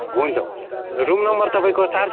हुन्छ हुन्छ room number तपईँको चार